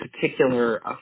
particular